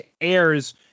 airs